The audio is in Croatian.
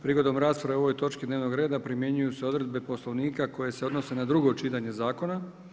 Prigodom rasprave o ovoj točki dnevnog reda primjenjuju se odredbe Poslovnika koje se odnose na drugo čitanje zakona.